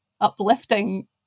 uplifting